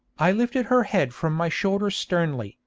i lifted her head from my shoulder sternly,